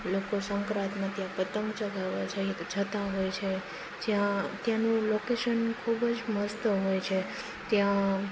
લોકો મકરસંક્રાંત પર ત્યાં પતંગ ચગાવવા જ્યાં જતાં હોય છે જ્યાં ત્યાંનો લોકેશન ખૂબ જ મસ્ત હોય છે ત્યાં